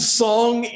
song